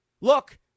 Look